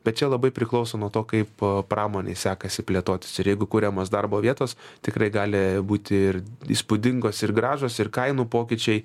bet čia labai priklauso nuo to kaip pramonei sekasi plėtotis ir jeigu kuriamos darbo vietos tikrai gali būti ir įspūdingos ir gražūs ir kainų pokyčiai